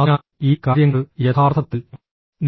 അതിനാൽ ഈ കാര്യങ്ങൾ യഥാർത്ഥത്തിൽ